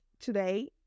today